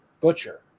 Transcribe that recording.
Butcher